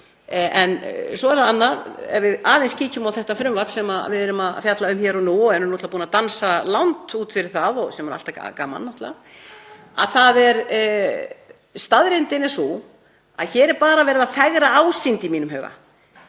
En svo er það annað. Ef við kíkjum á það frumvarp sem við erum að fjalla um hér og nú, við erum náttúrlega búin að dansa langt út fyrir það, sem er alltaf gaman, þá er staðreyndin sú að hér er bara verið að fegra ásýnd í mínum huga.